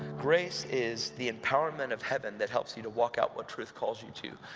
grace is the empowerment of heaven, that helps you to walk out what truth calls you to.